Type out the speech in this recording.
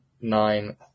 nine